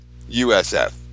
USF